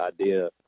idea